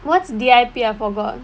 what's D_I_P I forgot